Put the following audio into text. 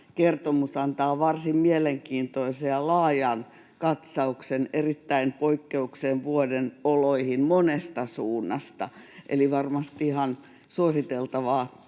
kertomus antaa varsin mielenkiintoisen ja laajan katsauksen erittäin poikkeuksellisen vuoden oloihin monesta suunnasta. Eli varmasti ihan suositeltavaa